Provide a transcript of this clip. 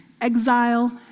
exile